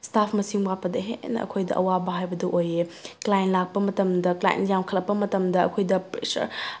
ꯏꯁꯇꯥꯐ ꯃꯁꯤꯡ ꯋꯥꯠꯄꯗ ꯍꯦꯟꯅ ꯑꯩꯈꯣꯏꯗ ꯑꯋꯥꯕ ꯍꯥꯏꯕꯗꯨ ꯑꯣꯏꯑꯦ ꯀ꯭ꯂꯥꯏꯟ ꯂꯥꯛꯄ ꯃꯇꯝꯗ ꯀ꯭ꯂꯥꯏꯟ ꯌꯥꯝꯈꯠꯂꯛꯄ ꯃꯇꯝꯗ ꯑꯩꯈꯣꯏꯗ ꯄ꯭ꯔꯦꯁꯔ